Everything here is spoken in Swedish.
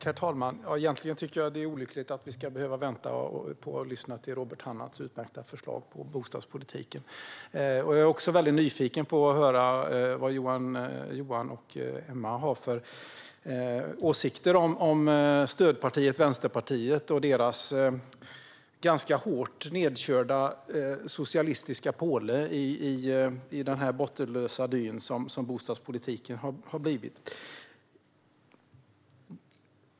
Herr talman! Egentligen tycker jag att det är olyckligt att vi ska behöva vänta med att lyssna på Robert Hannahs utmärkta förslag om bostadspolitiken. Och jag är nyfiken på att höra vad Johan Löfstrand och Emma Hult har för åsikter om stödpartiet Vänsterpartiet och deras ganska hårt nedkörda socialistiska påle i den bottenlösa dy som bostadspolitiken har blivit.